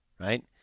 right